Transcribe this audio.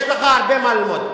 יש לך הרבה מה ללמוד.